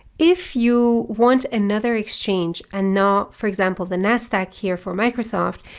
if you want another exchange and not for example the nasdaq here for microsoft,